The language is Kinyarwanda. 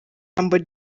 humble